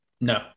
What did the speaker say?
No